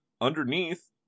underneath